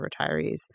retirees